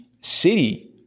city